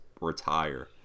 retire